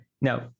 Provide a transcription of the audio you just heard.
Now